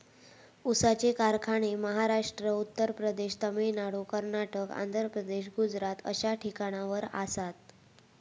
ऊसाचे कारखाने महाराष्ट्र, उत्तर प्रदेश, तामिळनाडू, कर्नाटक, आंध्र प्रदेश, गुजरात अश्या ठिकाणावर आसात